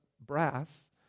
brass